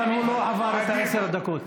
אבל הוא לא עבר את עשר הדקות.